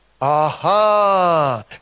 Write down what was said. Aha